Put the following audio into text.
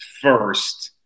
first